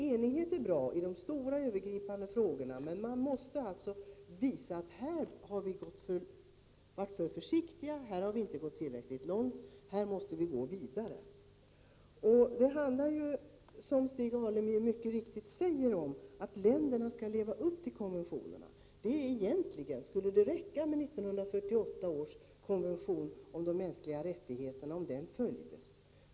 Enighet är bra i de stora övergripande frågorna, men vi måste visa var vi har varit för försiktiga. Här har vi inte gått tillräckligt långt, vi måste gå vidare. Det handlar, som Stig Alemyr mycket riktigt säger, om att länderna skall leva upp till konventionerna. Egentligen skulle det räcka med 1948 års konvention om de mänskliga rättigheterna om den följdes.